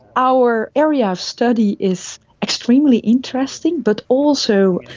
our area of study is extremely interesting but also,